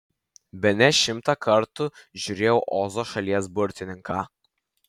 bene šimtą kartų žiūrėjau ozo šalies burtininką